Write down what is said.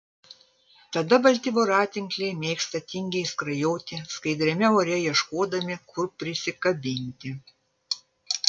tada balti voratinkliai mėgsta tingiai skrajoti skaidriame ore ieškodami kur prisikabinti